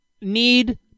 need